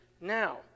now